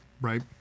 Right